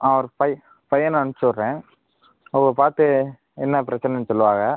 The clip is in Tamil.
நா ஒரு ஃபைவ் பையனை அனுப்ச்சு விட்றேன் அவுக பார்த்து என்ன பிரச்சனைன்னு சொல்லுவாக